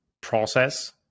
process